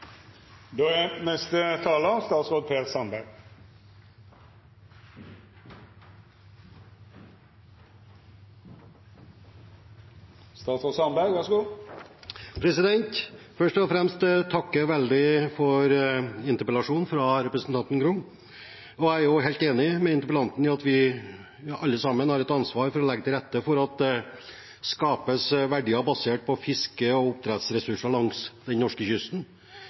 Først og fremst vil jeg takke for interpellasjonen fra representanten Grung. Jeg er helt enig med interpellanten i at vi alle sammen har et ansvar for å legge til rette for at det skapes verdier basert på fiske- og oppdrettsressurser langs